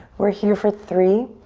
we're here for three.